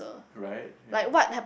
right ya